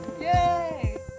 Yay